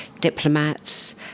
diplomats